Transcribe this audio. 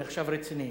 אני עכשיו רציני,